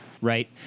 right